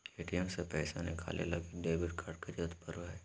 ATM से पैसा निकाले लगी डेबिट कार्ड के जरूरत पड़ो हय